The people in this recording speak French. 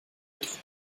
être